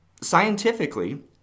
scientifically